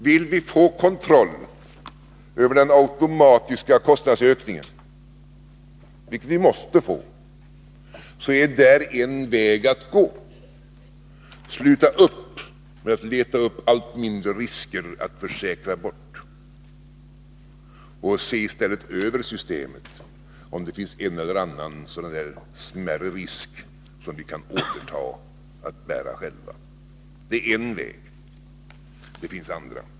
Vill vi få kontroll över den automatiska kostnadsökningen — vilket vi måste få — så finns här en väg att gå. Sluta upp med att leta fram allt mindre risker att försäkra bort och se i stället över systemet! Kanske finns där en eller annan sådan smärre risk som vi kan återta och bära själva. Det är en väg att gå. Det finns andra.